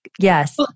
Yes